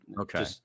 Okay